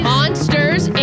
Monsters